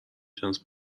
جنس